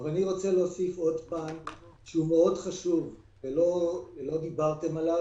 אני רוצה להוסיף פן חשוב שלא דברתם עליו,